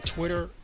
Twitter